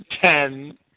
Ten